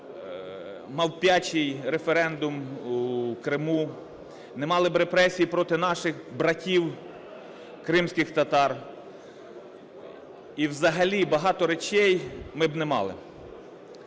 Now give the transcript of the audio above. мавпячий референдум у Криму, не мали б репресій проти наших братів кримських татар, і взагалі багато речей ми б не мали.